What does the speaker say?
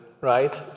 right